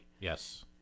yes